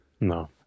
No